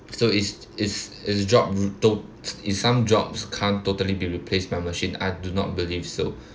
so is is is the job to~ is some jobs can't totally be replaced by machine I do not believe so